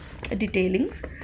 detailings